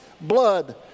blood